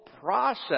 process